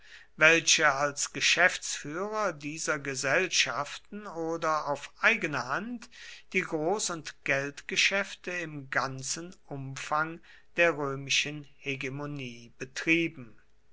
welche als geschäftsführer dieser gesellschaften oder auf eigene hand die groß und geldgeschäfte im ganzen umfang der römischen hegemonie betrieben